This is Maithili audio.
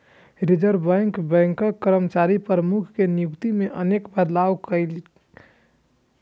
रिजर्व बैंक बैंकक कार्यकारी प्रमुख के नियुक्ति मे अनेक बदलाव केलकै